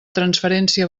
transferència